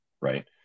right